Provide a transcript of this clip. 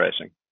racing